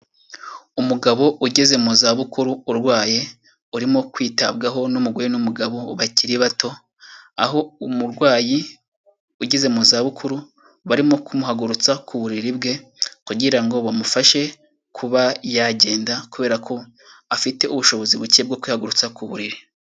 Umugabo ugeze mu zabukuru urwaye, urimo kwitabwaho n'umugore n'umugabo bakiri bato, aho umurwayi ugeze mu zabukuru barimo kumuhagurutsa ku buriri bwe kugira ngo bamufashe kuba yagenda kubera ko afite ubushobozi buke bwo kwihagurutsa ku buriri.